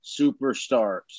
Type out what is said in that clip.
superstars